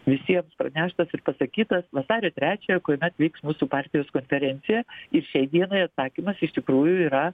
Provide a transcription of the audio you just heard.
visiems praneštas ir pasakytas vasario trečiąją kuomet vyks mūsų partijos konferencija ir šiai dienai atsakymas iš tikrųjų yra